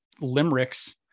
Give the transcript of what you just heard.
limericks